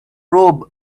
robe